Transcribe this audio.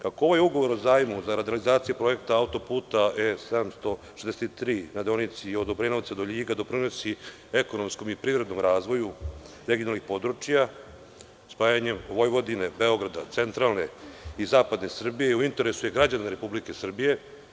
Kako ovaj ugovor o zajmu zarad realizacije projekta autoputa E763 na deonici od Obrenovca do Ljiga doprinosi ekonomskom i privrednom razvoju regionalnih područja, spajanjem Vojvodine, Beograda, centralne i zapadne Srbije u interesu je i građana Republike Srbije.